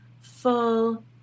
full